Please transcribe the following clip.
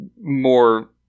more